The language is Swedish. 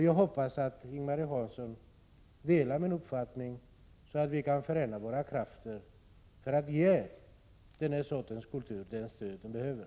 Jag hoppas att Ing-Marie Hansson delar min uppfattning så att vi kan förena våra krafter för att ge den här sortens kultur det stöd den behöver.